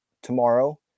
Tomorrow